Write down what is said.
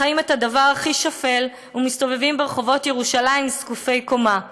חיים את הדבר הכי שפל ומסתובבים ברחובות ירושלים זקופי קומה.